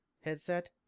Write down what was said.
headset